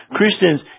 Christians